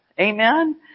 Amen